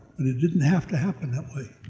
and it didn't have to happen that way.